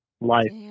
life